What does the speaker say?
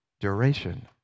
duration